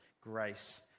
grace